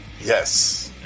Yes